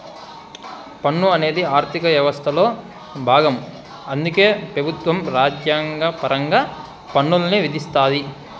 పన్ను అనేది ఆర్థిక యవస్థలో బాగం అందుకే పెబుత్వం రాజ్యాంగపరంగా పన్నుల్ని విధిస్తాది